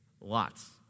Lots